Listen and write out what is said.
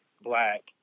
black